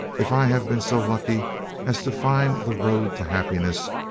if i have been so lucky as to find the road to happiness,